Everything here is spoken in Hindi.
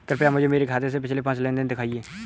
कृपया मुझे मेरे खाते से पिछले पाँच लेन देन दिखाएं